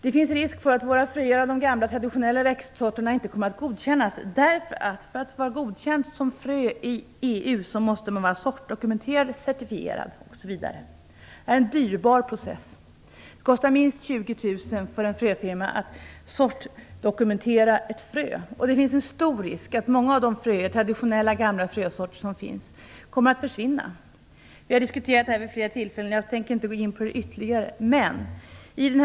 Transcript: Det finns risk för att fröer från de gamla traditionella växtsorterna inte kommer att godkännas. För att bli godkänt som frö i EU måste det vara sortdokumenterat och certifierat, vilket är en dyrbar process. Det kostar minst 20 000 kr för en fröfirma att sortdokumentera ett frö. Många av de gamla traditionella frösorter som finns kan därför komma att försvinna. Vi har diskuterat den här frågan vid flera tillfällen tidigare, så jag tänker inte ytterligare gå in på den.